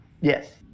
yes